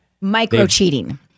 Micro-cheating